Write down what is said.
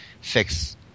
fix